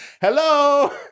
hello